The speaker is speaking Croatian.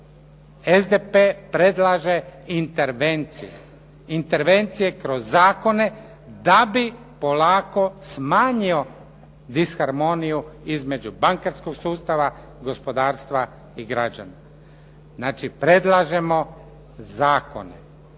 SDP predlaže intervencije, intervencije kroz zakone da bi polako smanjio disharmoniju između bankarskog sustava, gospodarstva i građana. Znači, predlažemo zakone.